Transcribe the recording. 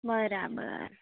બરાબર